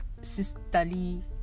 sisterly